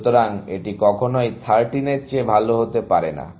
সুতরাং এটি কখনই 13 এর চেয়ে ভাল হতে পারে না